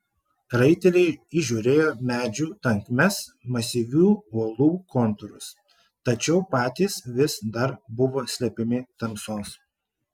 raiteliai įžiūrėjo medžių tankmes masyvių uolų kontūrus tačiau patys vis dar buvo slepiami tamsos